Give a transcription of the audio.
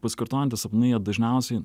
pasikartojantys sapnai jie dažniausiai